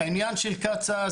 עניין של קצא"א,